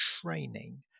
training